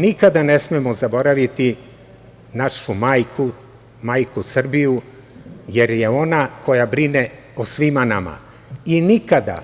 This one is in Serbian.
Nikada ne smemo zaboraviti našu majku, majku Srbiju, jer je ona koja brine o svima nama i nikada